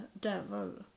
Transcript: devil